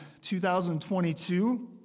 2022